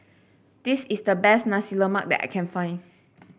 this is the best Nasi Lemak that I can find